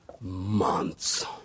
months